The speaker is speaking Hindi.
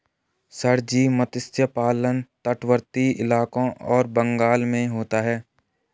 सर जी मत्स्य पालन तटवर्ती इलाकों और बंगाल में होता है